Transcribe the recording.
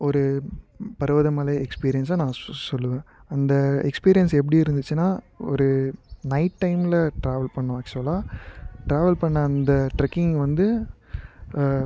ஒரு பர்வதமலை எக்ஸ்பீரியன்ஸாக நான் சொல்வேன் அந்த எக்ஸ்பீரியன்ஸ் எப்படி இருந்துச்சுன்னா ஒரு நைட் டைமில் ட்ராவல் பண்ணினோம் ஆக்ச்சுவலாக ட்ராவல் பண்ண அந்த ட்ரெக்கிங் வந்து